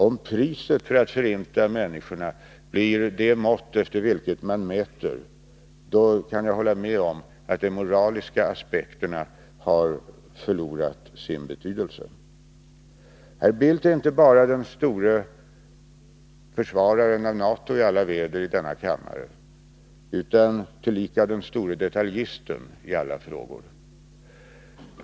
Om kostnaden för att förinta människorna blir det mått efter vilket man mäter, då kan jag hålla med om att de moraliska aspekterna har förlorat sin betydelse. Herr Bildt är inte bara den store försvararen av NATO i alla väder i denna kammare utan tillika den store ”detaljisten” i alla frågor.